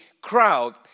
crowd